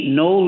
no